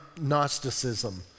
Gnosticism